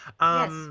Yes